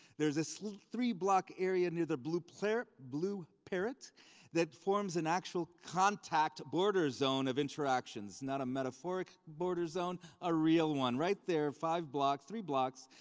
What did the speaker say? there's this three-block area near the blue parrot blue parrot that forms an actual contact border zone of interactions, not a metaphoric border zone, a real one, right there, five blocks, three blocks,